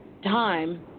time